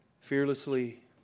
fearlessly